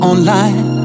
Online